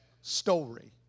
story